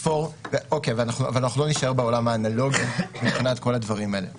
אבל אנחנו לא נישאר בעולם האנלוגי מבחינת כל הדברים האלה,